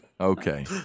Okay